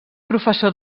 professor